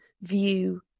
view